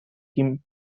him